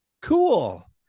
Cool